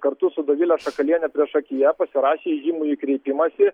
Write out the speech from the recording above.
kartu su dovile šakaliene priešakyje pasirašė ėjimui į kreipimąsi